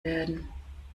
werden